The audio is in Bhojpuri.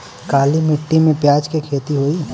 काली माटी में प्याज के खेती होई?